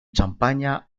champaña